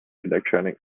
electronic